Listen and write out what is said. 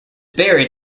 buried